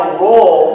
roll